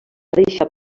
deixar